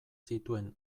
zituen